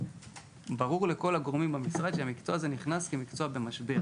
ברור לכל הגורמים במשרד שהמקצוע הזה נכנס כמקצוע במשבר.